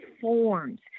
forms